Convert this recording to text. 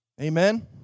Amen